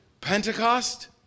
Pentecost